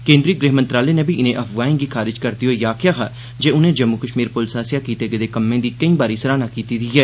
केन्द्री गृह मंत्रालय नै बी इने अफवाहें गी खारिज करदे होई आखेआ हा जे उनें जम्मू कष्मीर पुलस आसेआ कीते गेदे कम्में दी केईं बारी सराहना कीती दी ऐ